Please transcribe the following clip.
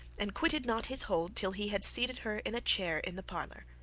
and quitted not his hold till he had seated her in a chair in the parlour.